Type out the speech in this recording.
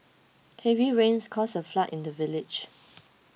heavy rains caused a flood in the village